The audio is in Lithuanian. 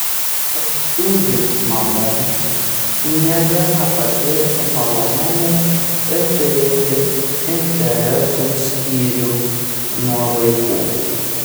prancūzėms mamoms negana patirti malonumų ir turėti interesų skyrium nuo vaikų